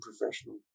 professional